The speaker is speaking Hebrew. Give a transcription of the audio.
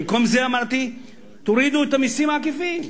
במקום זה, אמרתי, תורידו את המסים העקיפים,